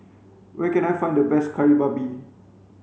where can I find the best kari babi